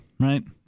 Right